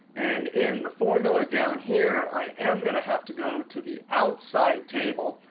and in the formula down here, i am going to have to go to the outside table.